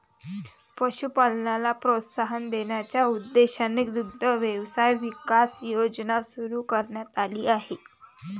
पशुपालनाला प्रोत्साहन देण्याच्या उद्देशाने दुग्ध व्यवसाय विकास योजना सुरू करण्यात आली आहे